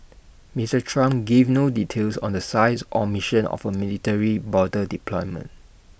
Mister Trump gave no details on the size or mission of A military border deployment